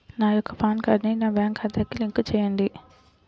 నా యొక్క పాన్ కార్డ్ని నా బ్యాంక్ ఖాతాకి లింక్ చెయ్యండి?